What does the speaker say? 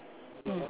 mm